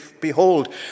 Behold